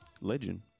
legend